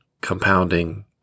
compounding